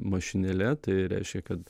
mašinėle tai reiškia kad